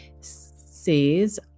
says